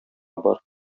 бар